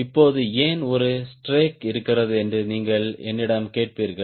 இப்போது ஏன் ஒரு ஸ்ட்ரேக் இருக்கிறது என்று நீங்கள் என்னிடம் கேட்பீர்கள்